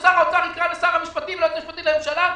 ששר האוצר יקרא לשר המשפטים וליועץ המשפטי לממשלה.